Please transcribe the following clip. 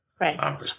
right